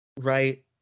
right